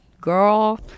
girl